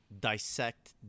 dissect